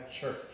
church